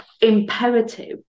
imperative